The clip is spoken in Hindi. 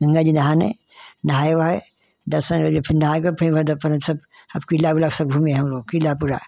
गंगा जी नहाने नहाए वहाए दर्शन होई ग फिर नहाए क फिर वही दर्शन पर्सन सब किला उला सब घूमे हम लोग किला पूरा